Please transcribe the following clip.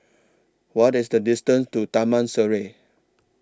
What IS The distance to Taman Sireh